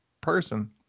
person